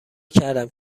کردم